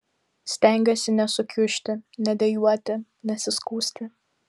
stengiuosi nesukiužti nedejuoti nesiskųsti